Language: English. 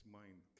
mind